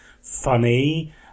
funny